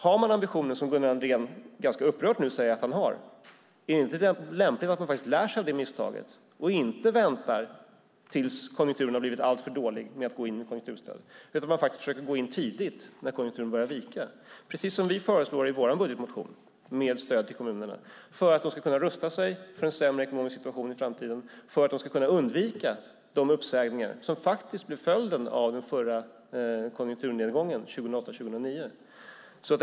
Har man ambitionen, som Gunnar Andrén ganska upprört nu säger att han har, undrar jag: Är det inte lämpligt att man lär sig av det misstaget och inte väntar tills konjunkturen har blivit alltför dålig med att gå in med konjunkturstöd? Det handlar om att man försöker gå in tidigt när konjunkturen börjar vika, precis som vi föreslår i vår budgetmotion, med stöd till kommunerna för att de ska kunna rusta sig för en sämre ekonomisk situation i framtiden och för att de ska kunna undvika uppsägningar, som faktiskt blev följden av den förra konjunkturnedgången 2008-2009.